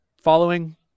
following